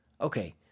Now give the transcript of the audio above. Okay